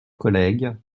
collègues